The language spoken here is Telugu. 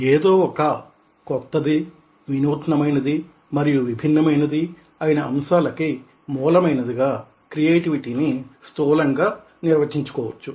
ఏదో ఒక కొత్తది వినూత్న మైనది మరియు విభిన్నమైనది అయిన అంశాలకి మూల మైనదిగా క్రియేటివిటీని స్థూలంగా నిర్వహించుకోవచ్చు